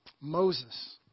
Moses